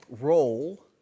role